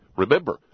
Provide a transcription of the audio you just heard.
Remember